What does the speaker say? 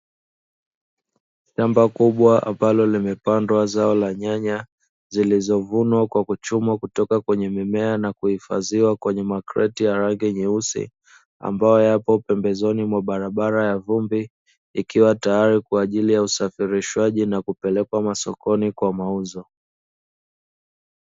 Shamba kubwa ambalo limepandwa zao la nyanya zilizovunwa kutoka kwenye mimea na kuifadhiwa kwenye makreti ya rangi nyeusi ambayo yapo pembezoni mwa barabara ya vumbi. Ikiwa tayari kwa ajili ya usafirishaji na kupelekwa masokoni kwa mauzo.